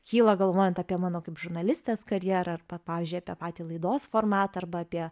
kyla galvojant apie mano kaip žurnalistės karjerą arba pavyzdžiui apie patį laidos formatą arba apie